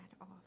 off